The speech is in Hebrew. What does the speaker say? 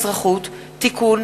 הצעת חוק האזרחות (תיקון,